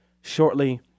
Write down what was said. shortly